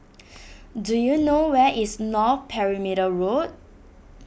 do you know where is North Perimeter Road